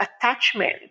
attachment